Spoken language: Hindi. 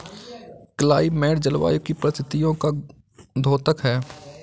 क्लाइमेट जलवायु की परिस्थितियों का द्योतक है